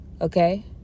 okay